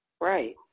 Right